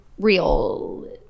real